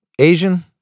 Asian